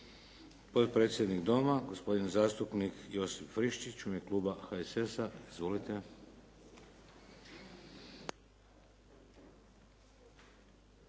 Potpredsjednik Doma, gospodin zastupnik Josip Friščić u ime kluba HSS-a. Izvolite.